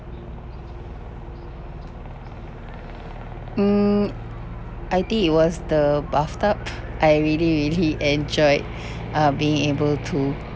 mm I think it was the bathtub I really really enjoyed uh being able to